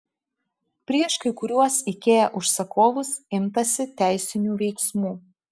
prieš kai kuriuos ikea užsakovus imtasi teisinių veiksmų